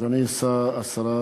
אדוני השר,